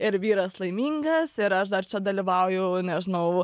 ir vyras laimingas ir aš dar čia dalyvauju nežinau